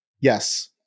Yes